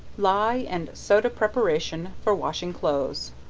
ley and soda preparation for washing clothes.